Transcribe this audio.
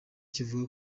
kivuga